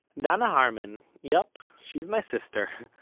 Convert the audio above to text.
danna harman, yup, she's my sister,